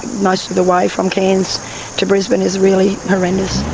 most of the way from cairns to brisbane is really horrendous.